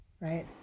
right